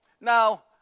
now